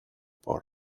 por